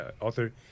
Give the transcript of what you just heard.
author